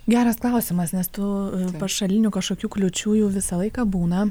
geras klausimas nes tų pašalinių kažkokių kliūčių jų visą laiką būna